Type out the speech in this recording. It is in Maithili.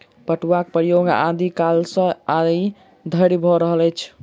पटुआक प्रयोग आदि कालसँ आइ धरि भ रहल छै